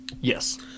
Yes